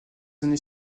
années